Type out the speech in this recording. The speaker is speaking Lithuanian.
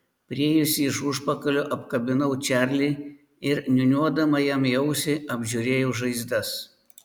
priėjusi iš užpakalio apkabinau čarlį ir niūniuodama jam į ausį apžiūrėjau žaizdas